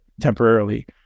temporarily